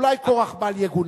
אולי כורח בל יגונה.